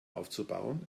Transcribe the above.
aufzubauen